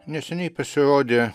neseniai pasirodė